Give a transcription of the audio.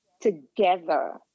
together